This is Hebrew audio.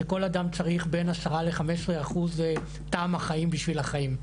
שכל אדם צריך בין 10% ל-15% טעם החיים בשביל החיים,